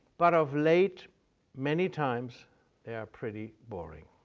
but of late many times they are pretty boring.